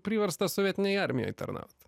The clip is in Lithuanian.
priverstas sovietinėj armijoj tarnaut